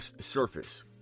surface